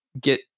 get